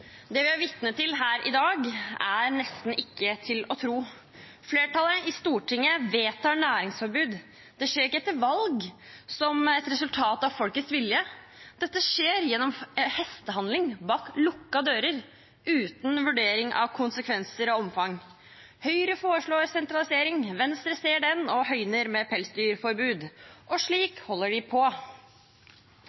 Det vi er vitne til her i dag, er nesten ikke til å tro. Flertallet i Stortinget vedtar næringsforbud. Det skjer ikke etter valg, som et resultat av folkets vilje. Dette skjer gjennom hestehandel, bak lukkede dører, uten vurdering av konsekvenser og omfang. Høyre foreslår sentralisering, Venstre ser den og høyner med pelsdyrforbud – og